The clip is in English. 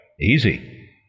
Easy